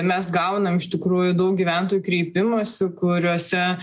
mes gaunam iš tikrųjų daug gyventojų kreipimųsi kuriuose